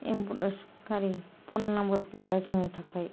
ambulance गारि फन number गैया जोंनि थाखाय